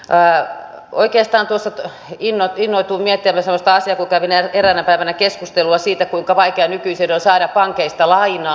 oikeastaan tuossa innostuin miettimään sellaista asiaa kun kävin eräänä päivänä keskustelua siitä kuinka vaikeaa nykyisin on saada pankeista lainaa